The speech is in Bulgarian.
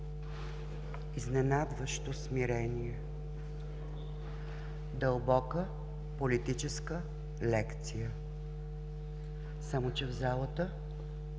Изненадващо смирение!… Дълбока политическа лекция. Само че в залата…